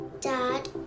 Dad